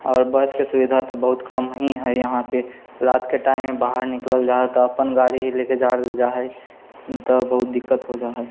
आओर बसके सुविधा तऽ बहुत कम ही है यहाँपे रातिके टाइममे बाहर निकलल जाए है तऽ अपन गाड़ी ही लेके जाएल जाए है ने तऽ बहुत दिक्कत हो जाए है